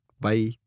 Bye